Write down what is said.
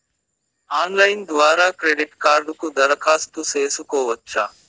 Online ద్వారా credit కార్డుకు దరఖాస్తు సేసుకోవచ్చా?